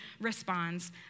responds